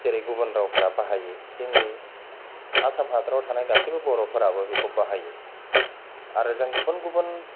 जेरै गुबुन रावफोरा बाहायो जोंनि आसाम हादोराव थानाय गासैबो बर'फोराबो बेखौ बाहायो आरो जों गुबुन गुबुन